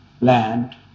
land